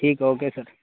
ٹھیک اوکے سر